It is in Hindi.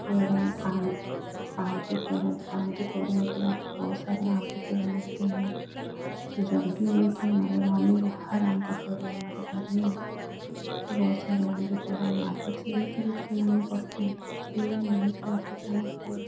पेड़ हैं आम आम के पेड़ है तो आम के पेड़ में भी आपको बहुत सारे आम के पेड़ मिलते हैं तो जरूरी नहीं है कि हमारे गाँव में वो हर आम का पेड़ हो हमारे घर में हो तो बहुत सारे आम के पेड़ हमें मार्केट से भी खरीद के लाने पड़ते हैं तो उसके लिए हमें तो मार्केट जाना पड़ेगा